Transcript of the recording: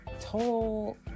total